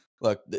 look